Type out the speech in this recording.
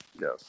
Yes